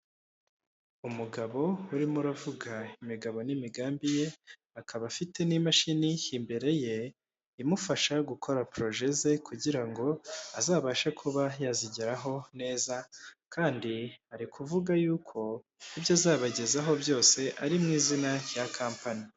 Umugabo urimo uravuga imigabo n'imigambi ye, akaba afite n'imashini imbere ye imufasha gukora poroje ze kugira ngo azabashe kuba yazigeraho neza kandi ari kuvuga yuko ibyo azabagezaho byose ari mu izina rya kampani.